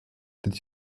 did